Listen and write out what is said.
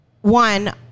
one